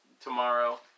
tomorrow